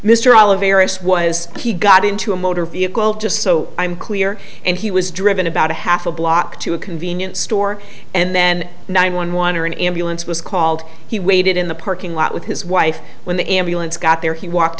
mr all of eris was he got into a motor vehicle just so i'm clear and he was driven about a half a block to a convenience store and then nine one one or an ambulance was called he waited in the parking lot with his wife when the ambulance got there he walked